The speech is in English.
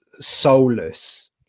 soulless